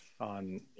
on